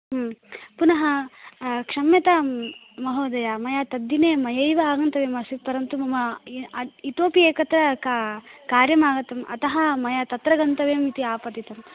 पुनः क्षम्यतां महोदय मया तद्दिने मयैव आगन्तव्यमासीत् परन्तु मम इतोपि एकत्र कार्यमागतम् अतः मया तत्र गन्तव्यमिति आपतितं